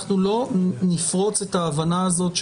אנחנו לא נפרוץ את ההבנה הזאת,